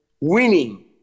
winning